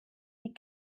die